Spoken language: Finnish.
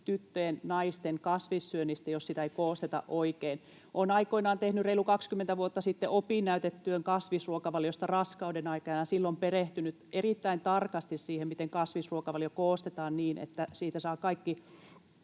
tyttöjen ja naisten kasvissyönnistä, jos sitä ei koosteta oikein. Olen aikoinaan reilu 20 vuotta sitten tehnyt opinnäytetyön kasvisruokavaliosta raskauden aikana ja silloin perehtynyt erittäin tarkasti siihen, miten kasvisruokavalio koostetaan niin, että siitä saa kaikki